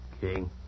King